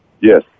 Yes